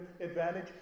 advantage